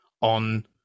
on